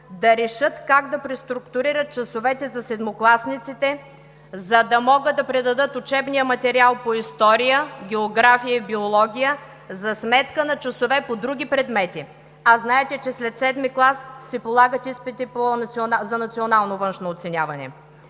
да решат как да преструктурират часовете за седмокласниците, за да могат да предадат учебния материал по история, география и биология за сметка на часове по други предмети, а знаете, че след VII клас се полагат изпити за национално външно оценяване.